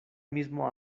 mismo